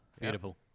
Beautiful